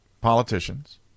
politicians